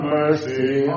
mercy